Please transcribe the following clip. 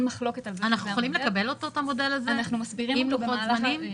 אנחנו יכולים לקבל את המודל הזה עם לוחות זמנים?